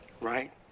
Right